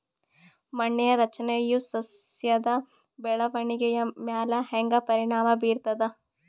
ಮಣ್ಣಿನ ರಚನೆಯು ಸಸ್ಯದ ಬೆಳವಣಿಗೆಯ ಮ್ಯಾಲ ಹ್ಯಾಂಗ ಪರಿಣಾಮ ಬೀರ್ತದ?